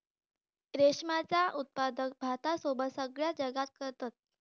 रेशमाचा उत्पादन भारतासोबत सगळ्या जगात करतत